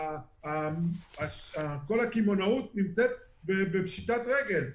כל הקמעונאות נמצאת בפשיטת רגל.